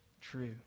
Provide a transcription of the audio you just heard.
true